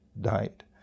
died